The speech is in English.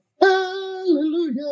Hallelujah